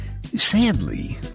Sadly